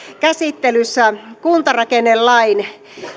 käsittelyssä kuntarakennelain